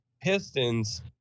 Pistons